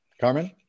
Carmen